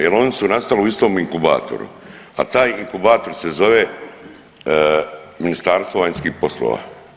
Jer oni su nastali u istom inkubatoru, a taj inkubator se zove Ministarstvo vanjskih poslova.